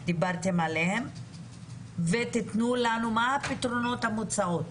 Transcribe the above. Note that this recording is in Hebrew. דיברתם עליהן ותאמרו לנו מה הפתרונות המוצעים.